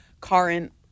current